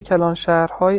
کلانشهرهایی